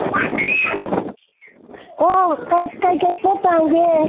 ꯑꯣ ꯀꯩꯀꯩ ꯄꯣꯠ ꯄꯨꯔꯛꯎꯒꯦ